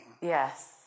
Yes